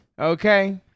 Okay